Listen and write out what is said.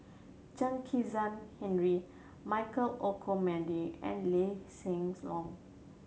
Chen Kezhan Henri Michael Olcomendy and Lee Hsien Loong